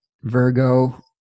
Virgo